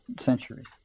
centuries